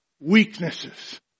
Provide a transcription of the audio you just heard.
weaknesses